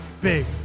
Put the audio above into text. big